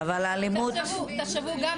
תחשבו גם,